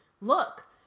Look